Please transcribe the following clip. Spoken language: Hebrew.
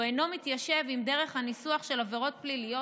והוא אינו מתיישב עם דרך הניסוח של עבירות פליליות,